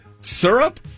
syrup